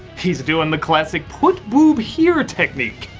he's doing the classic put boob here technique.